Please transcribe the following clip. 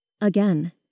Again